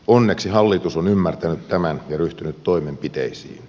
onneksi hallitus on ymmärtänyt tämän ja ryhtynyt toimenpiteisiin